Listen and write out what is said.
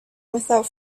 without